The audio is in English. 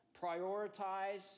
prioritize